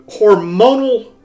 hormonal